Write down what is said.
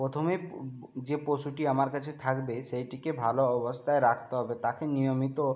প্রথমে যে পশুটি আমার কাছে থাকবে সেইটিকে ভালো অবস্থায় রাখতে হবে তাকে নিয়মিত